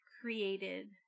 created